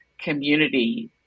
community